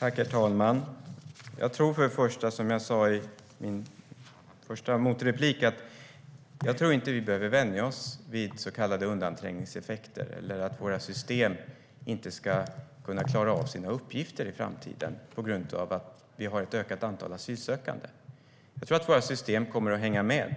Herr talman! Som jag sa i min första replik tror jag inte att vi behöver vänja oss vid så kallade undanträngningseffekter, och jag tror inte att våra system inte ska klara av sina uppgifter i framtiden på grund av att vi har ett ökat antal asylsökande. Jag tror att våra system kommer att hänga med,